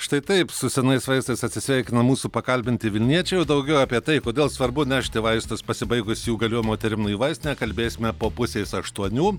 štai taip su senais vaistais atsisveikina mūsų pakalbinti vilniečiai daugiau apie tai kodėl svarbu nešti vaistus pasibaigus jų galiojimo terminui į vaistinę kalbėsime po pusės aštuonių